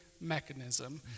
mechanism